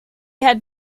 had